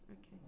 okay